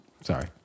Sorry